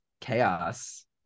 chaos